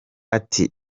ati